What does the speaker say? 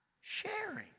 sharing